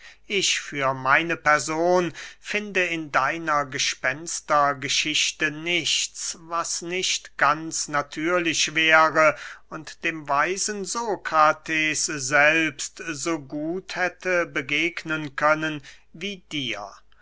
ich für meine person finde in deiner gespenstergeschichte nichts was nicht ganz natürlich wäre und dem weisen sokrates selbst so gut hätte begegnen können wie dir